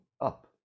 up